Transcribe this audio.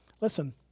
Listen